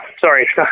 sorry